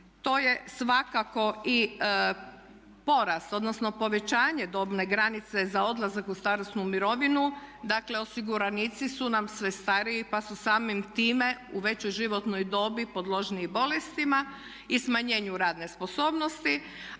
to je svakako i porast, odnosno povećanje dobne granice za odlazak u starosnu mirovinu, dakle osiguranici su nam sve stariji pa su samim time u većoj životnoj dobi podložniji bolestima i smanjenju radne sposobnosti